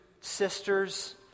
sisters